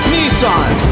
Nissan